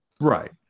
Right